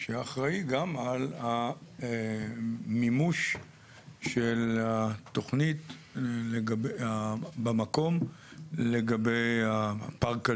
שאחראי גם על המימוש של התוכנית במקום לגבי הפארק הלאומי.